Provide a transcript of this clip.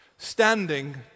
standing